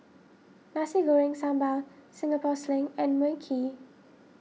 Nasi Goreng Sambal Singapore Sling and Mui Kee